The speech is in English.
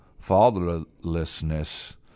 fatherlessness